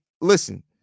listen